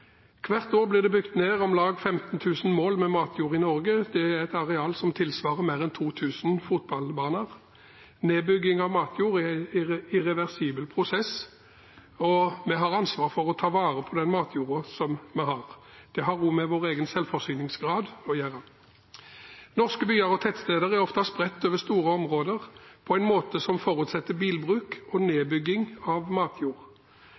Hvert år blir det bygd ned om lag 15 000 mål med matjord i Norge, et areal som tilsvarer mer enn 2 000 fotballbaner. Nedbygging av matjord er en irreversibel prosess, og vi har ansvar for å ta vare på den matjorden vi har. Det har også med vår egen selvforsyningsgrad å gjøre. Norske byer og tettsteder er ofte spredt over store områder på en måte som forutsetter bilbruk og nedbygging av matjord.